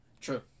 true